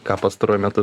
ką pastaruoju metu